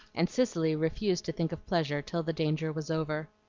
and cicely refused to think of pleasure till the danger was over.